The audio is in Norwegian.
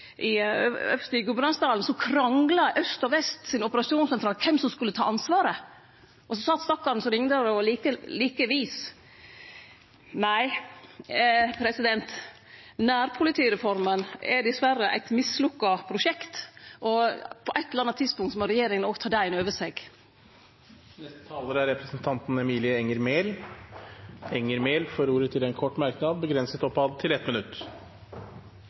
og Vest politidistrikt om kven som skulle ta ansvaret. Så sat stakkaren som ringde og var like vis. Nei, nærpolitireforma er dessverre eit mislukka prosjekt, og på eit eller anna tidspunkt må òg regjeringa ta det inn over seg. Representanten Emilie Enger Mehl har hatt ordet to ganger tidligere og får ordet til en kort merknad, begrenset til 1 minutt.